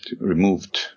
removed